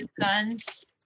guns